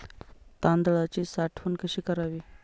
तांदळाची साठवण कशी करावी?